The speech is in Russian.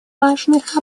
важных